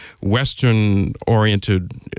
Western-oriented